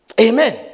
Amen